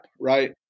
right